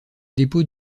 dépôt